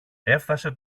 έφθασε